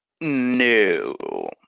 No